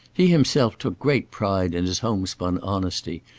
he himself took great pride in his home-spun honesty,